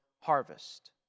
harvest